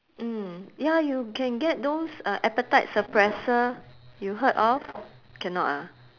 mm ya you can get those uh appetite suppressor you heard of cannot ah